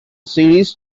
series